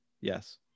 Yes